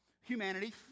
humanity